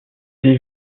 des